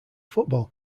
football